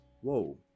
Whoa